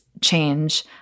change